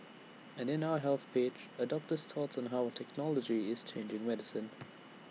and in our health page A doctor's thoughts on how technology is changing medicine